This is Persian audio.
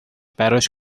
براش